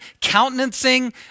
countenancing